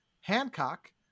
Hancock